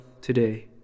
today